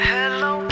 Hello